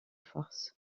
forces